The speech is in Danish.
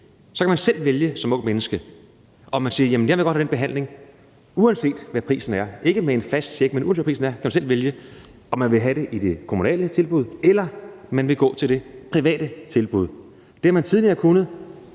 så kan man selv vælge som ungt menneske. Man kan sige: Jeg vil godt have den behandling, uanset hvad prisen er. Ikke med en fast check, men uanset hvad prisen er, kan man selv vælge, om man vil have det i det kommunale tilbud, eller om man vil gå til det private tilbud. Det har man tidligere kunnet,